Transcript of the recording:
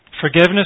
Forgiveness